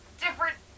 different